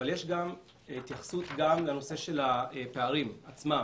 אבל יש התייחסות גם לנושא של הפערים עצמם